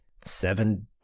seven